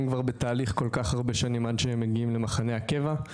בתהליך כל כך הרבה שנים עד שהם מגיעים למחנה הקבע.